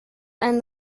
and